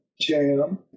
jam